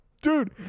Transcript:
Dude